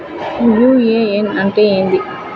UAN అంటే ఏంది?